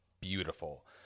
beautiful